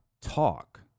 talk